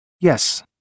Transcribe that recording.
Yes